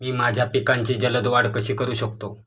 मी माझ्या पिकांची जलद वाढ कशी करू शकतो?